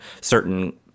certain